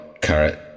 carrot